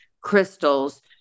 crystals